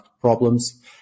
problems